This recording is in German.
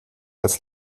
als